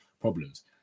problems